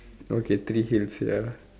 okay three hill sia